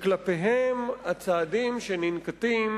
שהצעדים שננקטים